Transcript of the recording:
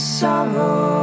sorrow